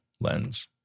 lens